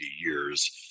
years